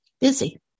busy